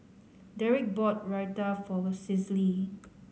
Deric bought Raita for Cicely